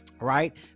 right